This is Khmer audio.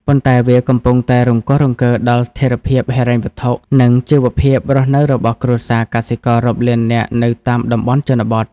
ប៉ុន្តែវាកំពុងតែរង្គោះរង្គើដល់ស្ថិរភាពហិរញ្ញវត្ថុ និងជីវភាពរស់នៅរបស់គ្រួសារកសិកររាប់លាននាក់នៅតាមតំបន់ជនបទ។